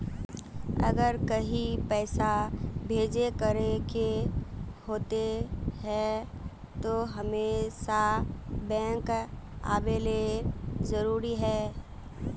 अगर कहीं पैसा भेजे करे के होते है तो हमेशा बैंक आबेले जरूरी है?